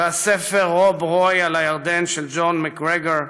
ואת הספר "רוב רוי על הירדן" של ג'ון מקרגור,